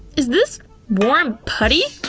is this warm putty?